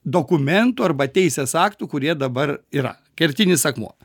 dokumentų arba teisės aktų kurie dabar yra kertinis akmuo